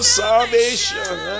salvation